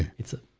it's it.